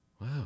Wow